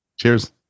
cheers